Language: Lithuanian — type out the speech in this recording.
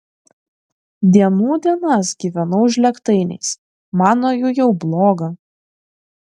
dienų dienas gyvenau žlėgtainiais man nuo jų jau bloga